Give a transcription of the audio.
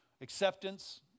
acceptance